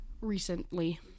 recently